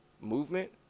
movement